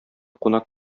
кунак